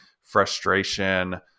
frustration